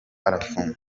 arafungwa